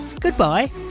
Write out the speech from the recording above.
goodbye